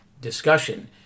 discussion